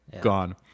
gone